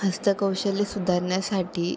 हस्तकौशल्य सुधारण्यासाठी